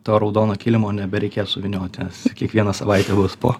to raudono kilimo nebereikės suvynioti nes kiekvieną savaitę bus po